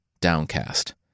downcast